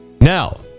Now